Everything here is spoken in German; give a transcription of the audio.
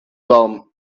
warm